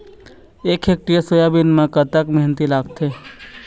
एक hectare soybean म कतक मेहनती लागथे?